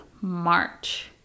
March